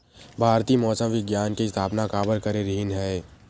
भारती मौसम विज्ञान के स्थापना काबर करे रहीन है?